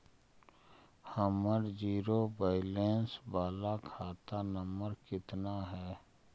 हमर zero balance बाला खाता नम्बर कितना है?